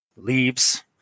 leaves